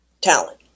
talent